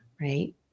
right